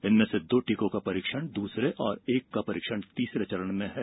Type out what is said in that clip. इनमें से दो टीकों का परीक्षण दूसरे और एक का परीक्षण तीसरे चरण में है